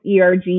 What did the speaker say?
ERG